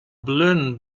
balloon